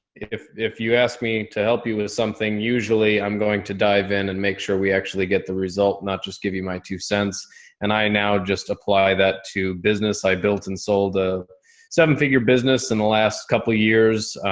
if, if you ask me to help you with something, usually i'm going to dive in and make sure we actually get the result, not just give you my two cents and i now just apply that to business. i built and sold a seven figure business in the last couple of years.